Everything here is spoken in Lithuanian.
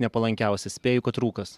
nepalankiausia spėju kad rūkas